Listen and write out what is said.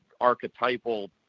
Archetypal